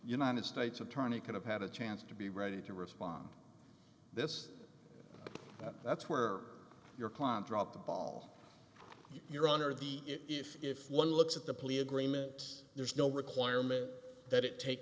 united states attorney could have had a chance to be ready to respond this that that's where your client dropped the ball your honor the if if one looks at the plea agreement there's no requirement that it take